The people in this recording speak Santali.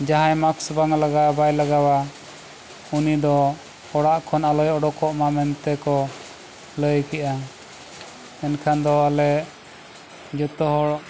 ᱡᱟᱦᱟᱸᱭ ᱢᱟᱠᱥ ᱵᱟᱝ ᱞᱟᱜᱟᱣᱟ ᱵᱟᱭ ᱞᱟᱜᱟᱣᱟ ᱩᱱᱤ ᱫᱚ ᱚᱲᱟᱜ ᱠᱷᱚᱱ ᱟᱞᱚᱭ ᱚᱰᱚᱠᱚᱜ ᱢᱟ ᱢᱮᱱᱛᱮ ᱠᱚ ᱞᱟᱹᱭ ᱠᱮᱜᱼᱟ ᱮᱱᱠᱷᱟᱱ ᱫᱚ ᱟᱞᱮ ᱡᱚᱛᱚ ᱦᱚᱲ